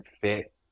fit